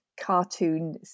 cartoon